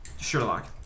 Sherlock